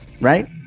Right